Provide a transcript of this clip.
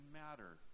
matter